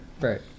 right